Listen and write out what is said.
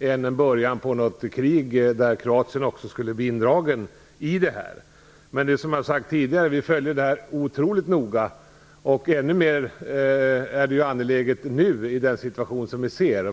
än som en början på ett krig som kroaterna skulle bli indragna i. Men, som jag har sagt tidigare, vi följer utvecklingen otroligt noga. Det är än mer angeläget i den situation som vi nu ser.